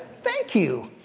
thank you.